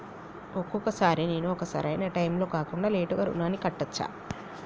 ఒక్కొక సారి నేను ఒక సరైనా టైంలో కాకుండా లేటుగా రుణాన్ని కట్టచ్చా?